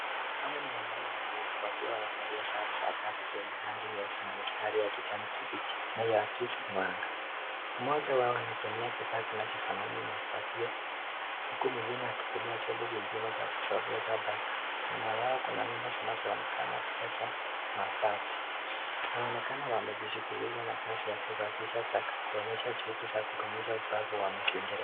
Hawa ni wanaume wawili wakiwa wamevalia sare za kazi zenye rangi nyeusi na mistari ya kijani kibichi inayoakisi mwanga. Mmoja wao anatumia kifaa kinachofanana na ufangio uku mwingine akitumia chombo kingine cha kusogeza taka. Nyuma yao kuna nyumba zinazoonekana kuwa za mabati. Inaonekana wamejishughulisha na kazi ya kusafisha taka kuonyesha juhudi za kudumisha usafi wa mazingira.